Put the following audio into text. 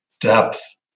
depth